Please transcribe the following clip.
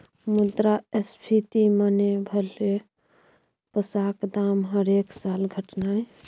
मुद्रास्फीति मने भलौ पैसाक दाम हरेक साल घटनाय